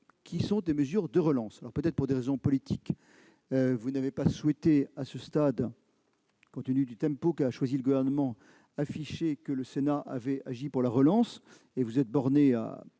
chiffrent en milliards d'euros. Peut-être pour des raisons politiques, vous n'avez pas souhaité, à ce stade, compte tenu du tempo qu'a choisi le Gouvernement, afficher que le Sénat avait agi pour la relance. Vous vous êtes borné à